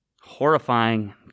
horrifying